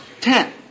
Ten